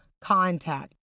contact